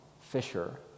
fisher